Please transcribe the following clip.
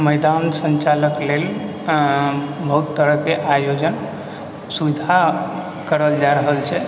मैदान सञ्चालक लेल बहुत तरहके आयोजन सुविधा करल जा रहल छै